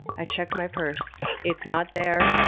i checked my purse, it's not there.